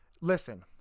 listen